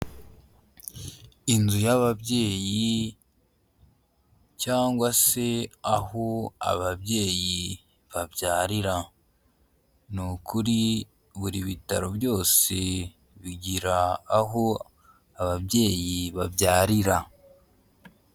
Inzu y'ababyeyi cyangwa se aho ababyeyi babyarira ni ukuri buri bitaro byose bigira aho ababyeyi babyarira.